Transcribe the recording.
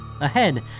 Ahead